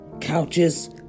couches